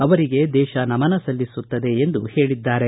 ಅವರಿಗೆ ದೇಶ ನಮನ ಸಲ್ಲಿಸುತ್ತದೆ ಎಂದು ಹೇಳಿದ್ದಾರೆ